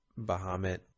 Bahamut